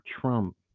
Trump